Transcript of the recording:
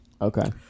Okay